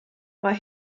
mae